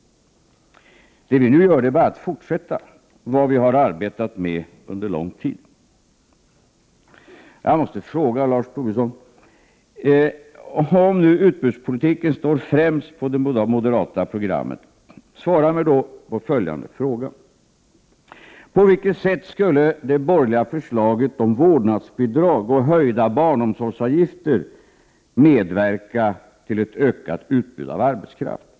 Vad vi nu gör är bara att fortsätta vad vi har arbetat med under lång tid. Jag måste ställa en fråga till Lars Tobisson. Om nu utbudspolitiken står främst på det moderata programmet — svara mig då på följande fråga: På vilket sätt skulle det borgerliga förslaget om vårdnadsbidrag och höjda barnomsorgsavgifter medverka till ett ökat utbud av arbetskraft?